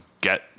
get –